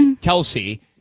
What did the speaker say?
kelsey